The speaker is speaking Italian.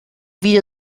video